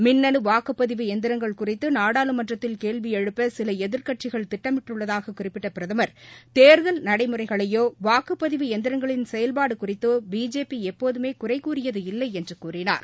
மின்னு வாக்குப் பதிவு எந்திரங்கள் குறித்து நாடாளுமன்றத்தில் கேள்வி எழுப்ப சில எதிர்க்கட்சிகள் திட்டமிட்டுள்ளதாக குறிப்பிட்ட பிரதமர் தேர்தல் நடைமுறைகளையோ வாக்குப் பதிவு எந்திரங்களின் செயல்பாடு குறித்தோ பிஜேபி எப்போதமே குறைகூறியது இல்லை என்று கூறினார்